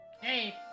Hey